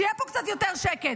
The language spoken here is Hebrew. שיהיה פה קצת יותר שקט,